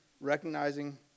recognizing